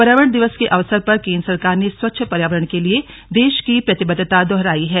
पर्यावरण दिवस के अवसर पर केंद्र सरकार ने स्वच्छ पर्यावरण के लिए देश की प्रतिबद्वता दोहराई है